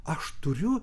aš turiu